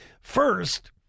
First